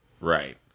Right